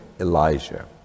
Elijah